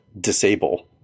disable